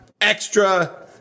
Extra